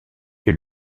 est